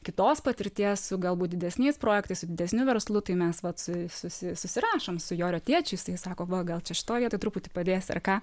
kitos patirties su galbūt didesniais projektais su didesniu verslu tai mes vat su susi susirašom su jorio tėčiu jisai sako va gal čia šitoj tai truputį padės ar ką